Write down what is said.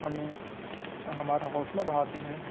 ہمیں ہمارا حوصلہ بڑھاتے ہیں